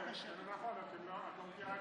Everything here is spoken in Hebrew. זה לא נכון, את לא מכירה את החוק.